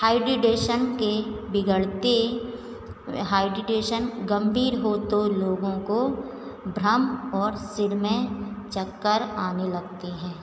dehydration के बिगड़ते dehydration गम्भीर हो तो लोगों को भ्रम और सिर में चक्कर आने लगते हैं